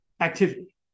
activity